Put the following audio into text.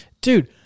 Dude